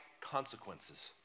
consequences